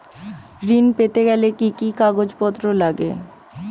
ঋণ পেতে গেলে কি কি কাগজপত্র লাগে?